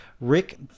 Rick